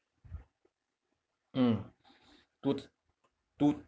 mm tw~